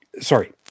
Sorry